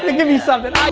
ah give me something.